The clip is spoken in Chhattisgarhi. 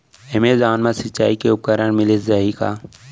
एमेजॉन मा सिंचाई के उपकरण मिलिस जाही का?